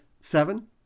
seven